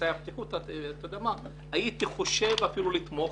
באמצעי הבטיחות הנדרשים הייתי חושב אפילו לתמוך.